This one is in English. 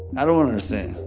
i don't understand.